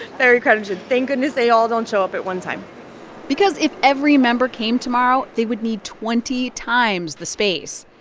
very crowded gym. thank goodness they all don't show up at one time because if every member came tomorrow, they would need twenty times the space.